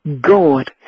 God